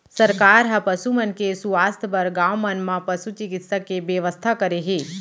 सरकार ह पसु मन के सुवास्थ बर गॉंव मन म पसु चिकित्सा के बेवस्था करे हे